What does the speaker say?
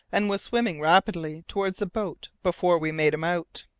and was swimming rapidly towards the boat before we made him out.